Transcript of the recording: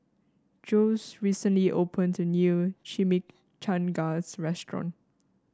Jose recently opened a new Chimichangas Restaurant